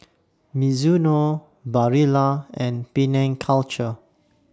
Mizuno Barilla and Penang Culture